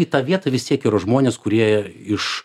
į tą vietą visi žmonės kurie iš